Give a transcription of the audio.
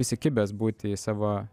įsikibęs būti į savo